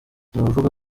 abavuga